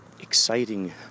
exciting